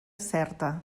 certa